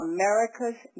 America's